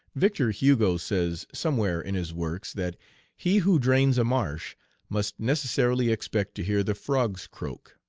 victor hugo says somewhere in his works that he who drains a marsh must necessarily expect to hear the frogs croak.